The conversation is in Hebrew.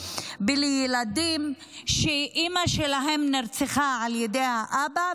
הילדים שאימא שלהם נרצחה על ידי האבא,